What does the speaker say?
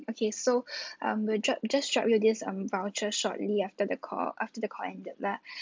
okay so um we'll drop just drop you this um voucher shortly after the call after the call ended lah